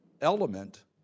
element